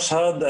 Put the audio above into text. משהד,